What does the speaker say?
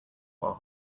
while